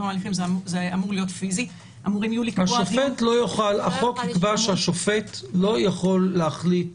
זה אמור להיות פיזי- -- החוק יקבע שהשופט לא יכול להחליט